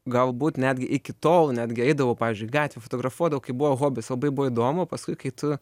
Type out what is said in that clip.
galbūt netgi iki tol netgi eidavau pavyzdžiui į gatvę fotografuodavau kai buvo hobis labai buvo įdomu paskui kai tu